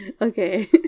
Okay